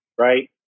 right